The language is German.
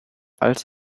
als